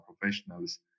professionals